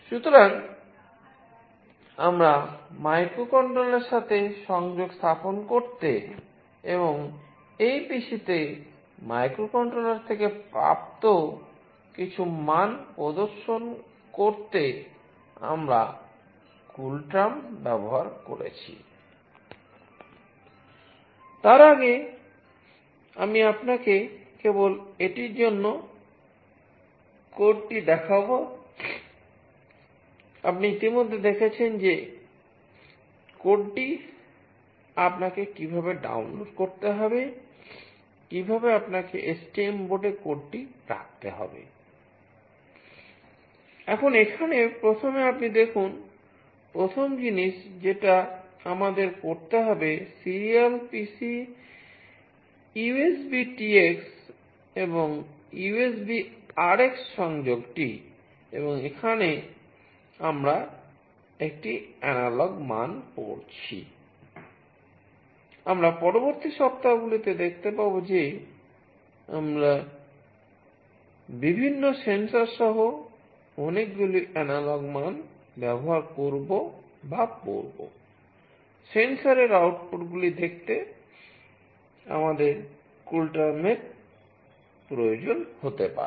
সুতরাং আমরা মাইক্রোকন্ট্রোলারের সাথে সংযোগ স্থাপন করতে এবং এই PC তে মাইক্রোকন্ট্রোলার থেকে প্রাপ্ত কিছু মান প্রদর্শন করতে আমরা কুলটার্ম প্রয়োজন হতে পারে